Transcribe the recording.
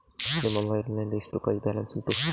ನಿನ್ನ ಮೊಬೈಲ್ ನಲ್ಲಿ ಎಷ್ಟು ರುಪಾಯಿ ಬ್ಯಾಲೆನ್ಸ್ ಉಂಟು?